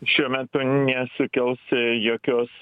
šiuo metu nesukels jokios